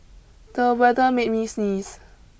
the weather made me sneeze